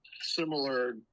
similar